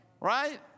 right